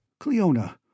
cleona